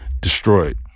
destroyed